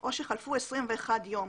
או שחלפו 21 ימים".